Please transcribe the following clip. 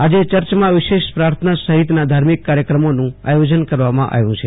આજે ચર્ચમાં વિશેષ પ્રાર્થના સહિતના ધાર્મિક કાર્યક્રમોનું આયોજન કરવામાં આવ્યું છે